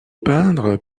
peindre